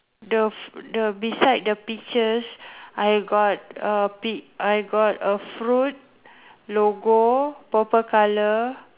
the the beside the peaches I got a pi~ I got a fruit logo purple colour